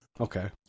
Okay